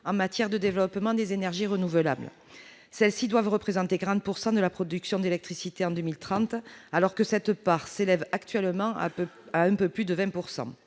en matière de développement des énergies renouvelables : celles-ci doivent représenter 40 % de la production d'électricité en 2030, alors que cette part s'élève actuellement à un peu plus de 20 %.